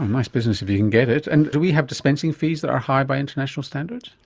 nice business if you can get it. and do we have dispensing fees that are higher by international standards?